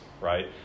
right